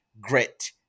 grit